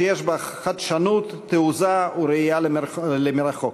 שיש בה חדשנות, תעוזה וראייה למרחוק.